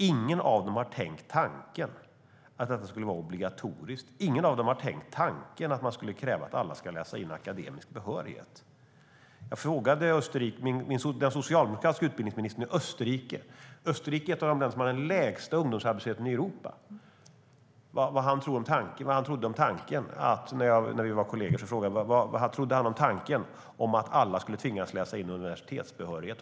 Ingen av dem har tänkt tanken att detta skulle vara obligatoriskt. Ingen av dem har tänkt tanken att man skulle kräva att alla ska läsa in akademisk behörighet. När vi var kolleger frågade jag den socialdemokratiska utbildningsministern i Österrike, ett av de länder som har den lägsta ungdomsarbetslösheten i Europa, vad han ansåg om tanken att alla skulle tvingas läsa in universitetsbehörighet.